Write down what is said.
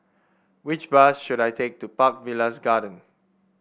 which bus should I take to Park Villas Garden